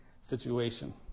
situation